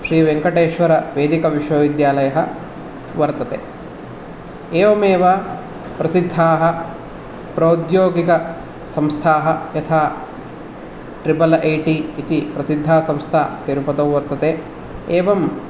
श्रीवेङ्कटेश्वरवैदिकविश्वविद्यालयः वर्तते एवमेव प्रसिद्धाः प्रौद्योगिकसंस्थाः यथा ट्रिपल् ऐ टी इति प्रसिद्धासंस्था तिरुपतौ वर्तते एवं